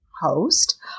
host